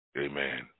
amen